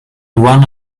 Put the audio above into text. one